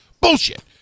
bullshit